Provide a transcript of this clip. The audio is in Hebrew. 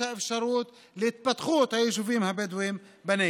האפשרות להתפתחות היישובים הבדואיים בנגב.